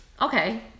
okay